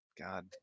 god